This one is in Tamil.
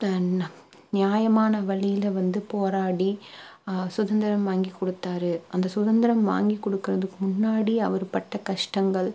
தன் நியாயமான வழியில் வந்து போராடி சுதந்திரம் வாங்கி கொடுத்தாரு அந்த சுதந்திரம் வாங்கி கொடுக்குறதுக்கு முன்னாடி அவர் பட்ட கஷ்டங்கள்